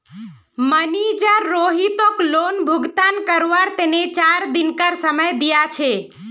manager रोहितक loan भुगतान करवार तने चार दिनकार समय दिया छे